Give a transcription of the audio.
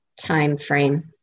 timeframe